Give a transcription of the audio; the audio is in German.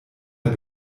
der